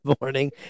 morning